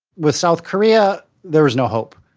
with south korea, there was no hope.